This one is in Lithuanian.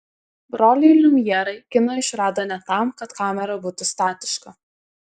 broliai liumjerai kiną išrado ne tam kad kamera būtų statiška